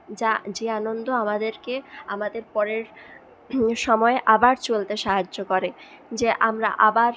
যা যে আনন্দ আমাদেরকে আমাদের পরের সময়ে আবার চলতে সাহায্য করে যে আমরা আবার